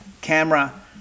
camera